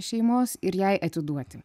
šeimos ir jai atiduoti